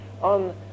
on